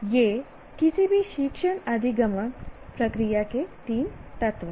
ये किसी भी शिक्षण अधिगम प्रक्रिया के तीन तत्व हैं